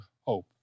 Hope